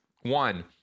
One